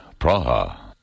Praha